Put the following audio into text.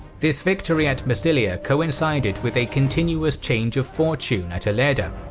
this victory at massilia coincided with a continuous change of fortune at ilerda.